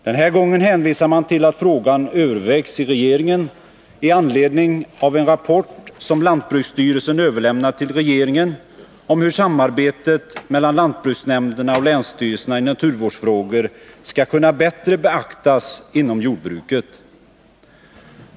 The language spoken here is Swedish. Den här gången hänvisar utskottet till att frågan övervägs i regeringen i anledning av en rapport som lantbruksstyrelsen överlämnat om hur samarbetet mellan lantbruksnämnderna och länsstyrelserna i naturvårdsfrågor skall kunna bättre beaktas inom jordbruket.